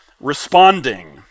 responding